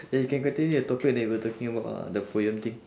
ya you can continue your topic then you were talking about ah the poem thing